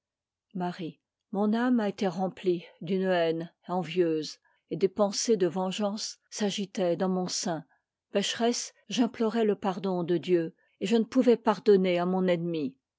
mabie mon âme a été remplie d'une haine envieuse et des pensées de vengeance s'agitaient dans mon sein pécheresse j'implorais le pardon de dieu et je ne pouvais pardonner à mon en